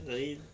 I mean